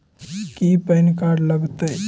की PAN card लग तै?